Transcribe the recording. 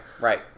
right